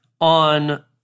on